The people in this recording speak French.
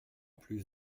plus